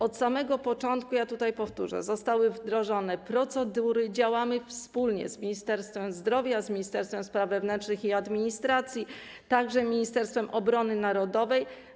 Od samego początku, powtórzę, zostały wdrożone procedury, działamy wspólnie z Ministerstwem Zdrowia, Ministerstwem Spraw Wewnętrznych i Administracji, a także Ministerstwem Obrony Narodowej.